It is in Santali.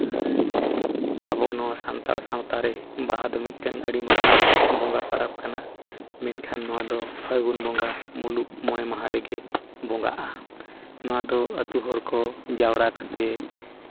ᱟᱵᱚ ᱱᱚᱣᱟ ᱥᱟᱱᱛᱟᱲ ᱥᱟᱶᱛᱟ ᱨᱮ ᱵᱟᱦᱟ ᱫᱚ ᱢᱤᱫᱴᱟᱝ ᱟᱹᱰᱤ ᱢᱟᱨᱟᱝ ᱵᱚᱸᱜᱟ ᱯᱚᱨᱚᱵᱽ ᱠᱟᱱᱟ ᱢᱮᱱᱠᱷᱟᱱ ᱱᱚᱣᱟ ᱫᱚ ᱯᱷᱟᱹᱜᱩᱱ ᱵᱚᱸᱜᱟ ᱢᱩᱞᱩᱜ ᱢᱚᱬᱮ ᱢᱟᱦᱟ ᱨᱮᱜᱮ ᱵᱚᱸᱜᱟᱜᱼᱟ ᱱᱚᱣᱟ ᱫᱚ ᱟᱛᱳ ᱦᱚᱲ ᱠᱚ ᱡᱟᱣᱨᱟ ᱠᱟᱛᱮ